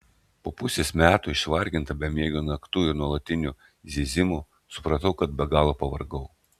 po pusės metų išvarginta bemiegių naktų ir nuolatinio zyzimo supratau kad be galo pavargau